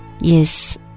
Yes